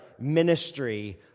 ministry